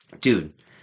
dude